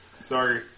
Sorry